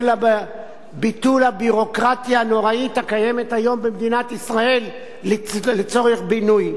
בביטול הביורוקרטיה הנוראית הקיימת היום במדינת ישראל לצורך בינוי.